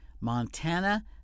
Montana